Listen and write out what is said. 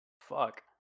Fuck